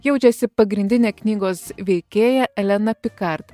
jaučiasi pagrindinė knygos veikėja elena pikart